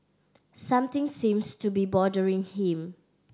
something seems to be bothering him